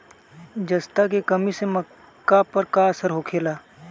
जस्ता के कमी से मक्का पर का असर होखेला?